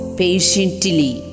patiently